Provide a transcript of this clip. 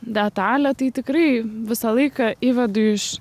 detalę tai tikrai visą laiką įvedu iš